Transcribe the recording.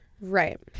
right